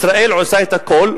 ישראל עושה את הכול,